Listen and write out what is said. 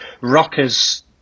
rockers